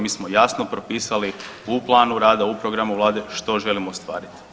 Mi smo jasno propisali u planu rada, u programu vlade što želimo ostvariti.